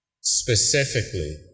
specifically